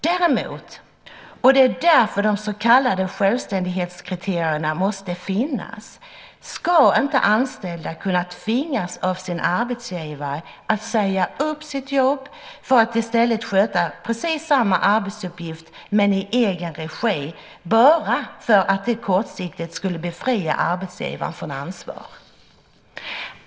Däremot - och det är därför som de så kallade självständighetskriterierna måste finnas - ska en anställd inte kunna tvingas av sin arbetsgivare att säga upp sitt jobb för att i stället sköta precis samma arbetsuppgifter men i egen regi bara för att det kortsiktigt skulle befria arbetsgivaren från ansvar.